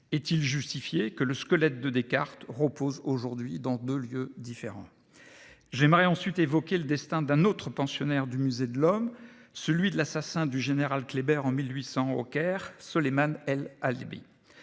Est-il justifié que le squelette de Descartes repose pour l'heure dans deux lieux différents ? J'aimerais ensuite évoquer le destin d'un autre pensionnaire du musée de l'Homme, celui de l'assassin du général Kléber en 1800, au Caire, Soleyman el-Halabi.